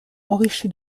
enrichi